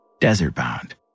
desert-bound